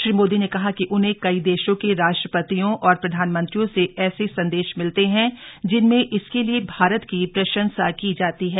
श्री मोदी ने कहा कि उन्हें कई देशों के राष्ट्रपतियों और प्रधानमंत्रियों से ऐसे संदेश मिलते हैं जिनमें इसके लिए भारत की प्रशंसा की जाती है